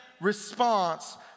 response